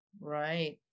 Right